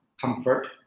comfort